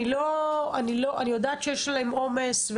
אני יודעת שיש להם עומס.